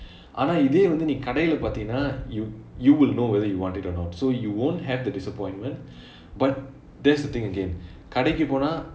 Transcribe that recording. ஆனால் இதை வந்து நீ கடைலை பார்த்தீனா:aanal ithai vanthu nee kadailei paarthinaa you you will know whether you wanted or not so you won't have the disappointment but that's the thing again கடைக்கு போனா:kadaikku pona